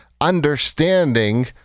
understanding